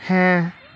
ᱦᱮᱸ